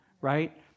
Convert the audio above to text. right